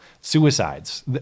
suicides